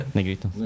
Negrito